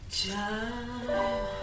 Time